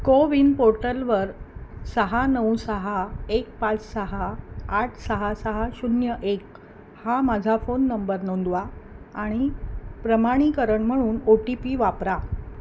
कोविन पोर्टलवर सहा नऊ सहा एक पाच सहा आठ सहा सहा शून्य एक हा माझा फोन नंबर नोंदवा आणि प्रमाणीकरण म्हणून ओ टी पी वापरा